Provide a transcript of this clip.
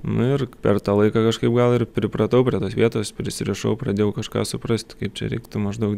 nu ir per tą laiką kažkaip gal ir pripratau prie tos vietos prisirišau pradėjau kažką suprast kaip čia reiktų maždaug